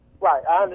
Right